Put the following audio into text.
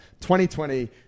2020